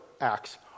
Acts